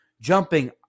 jumping